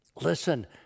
listen